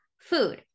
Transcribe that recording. food